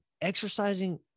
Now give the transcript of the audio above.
exercising